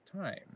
time